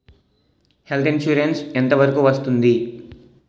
Health insurance ఎంత వరకు వస్తుంది?